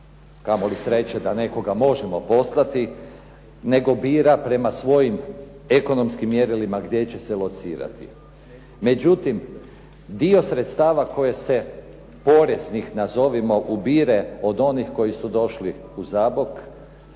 Kamoli sreće da nekoga možemo poslati, nego bira prema svojim ekonomskim mjerilima gdje će se locirati. Međutim, dio sredstava koje se, poreznih nazovimo ubire od onih koji su došli u Zabok,